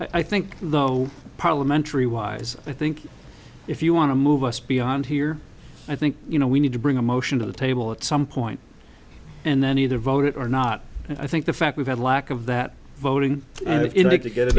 i think though parliamentary wise i think if you want to move us beyond here i think you know we need to bring a motion to the table at some point and then either vote it or not i think the fact we've had a lack of that voting and if you'd like to get a